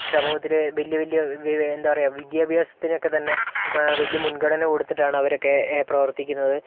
സമൂഹത്തില് വലിയ വലിയ വിവേ എന്താ പറയുക വിദ്യാഭ്യാസത്തിനൊക്കെ തന്നെ വലിയ മുൻഗണന കൊടുത്തിട്ടാണ് അവരൊക്കെ പ്രവർത്തിക്കുന്നത്